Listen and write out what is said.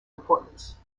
importance